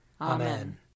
Amen